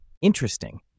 Interesting